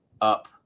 up